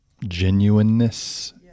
genuineness